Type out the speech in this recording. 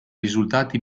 risultati